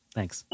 Thanks